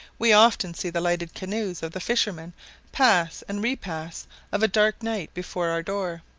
we often see the lighted canoes of the fishermen pass and repass of a dark night before our door.